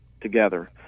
together